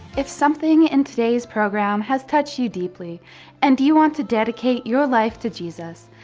if something in today's program has touched you deeply and you want to dedicate your life to jesus,